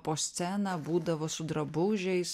po sceną būdavo su drabužiais